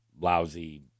lousy